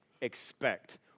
expect